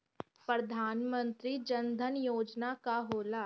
प्रधानमंत्री जन धन योजना का होला?